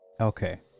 Okay